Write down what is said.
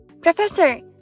professor